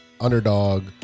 Underdog